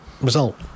result